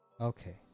Okay